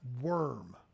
worm